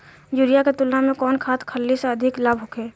Urea के तुलना में कौन खाध खल्ली से अधिक लाभ होखे?